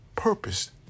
Purpose